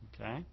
Okay